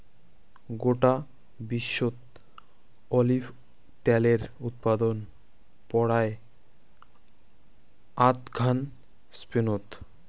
গোটায় বিশ্বত অলিভ ত্যালের উৎপাদন পরায় আধঘান স্পেনত